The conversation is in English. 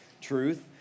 truth